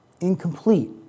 incomplete